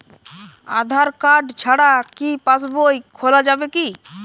আধার card ছাড়া কি পাসবই খোলা যাবে কি?